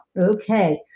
Okay